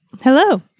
hello